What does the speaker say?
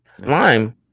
Lime